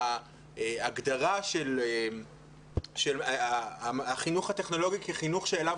ההגדרה של החינוך הטכנולוגי כחינוך שאליו